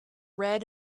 read